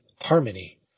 harmony